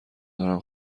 دارم